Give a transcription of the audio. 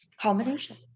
combination